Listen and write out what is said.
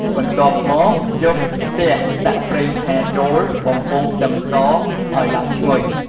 បន្ទាប់មកយកខ្ទះដាក់ប្រេងឆាចូលបំពងខ្ទឹមសឱ្យឡើងឈ្ងុយ។